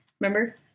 Remember